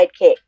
sidekick